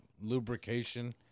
lubrication